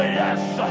yes